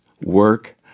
work